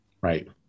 Right